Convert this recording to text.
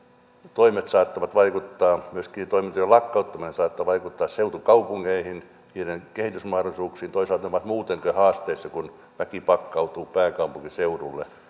toimet saattavat vaikuttaa myöskin toimintojen lakkauttaminen saattaa vaikuttaa seutukaupunkeihin niiden kehitysmahdollisuuksiin toisaalta ne ovat muutenkin haasteessa kun väki pakkautuu pääkaupunkiseudulle